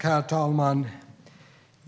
Herr talman!